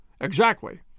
Exactly